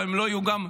אבל הם לא יהיו גם,